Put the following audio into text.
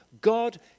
God